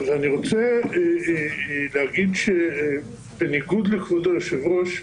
אני רוצה להגיד שבניגוד לכבוד היושב-ראש,